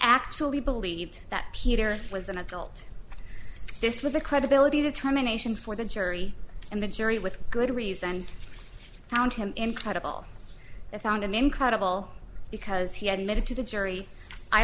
actually believed that peter was an adult this was a credibility determination for the jury and the jury with good reason found him incredible they found him incredible because he had admitted to the jury i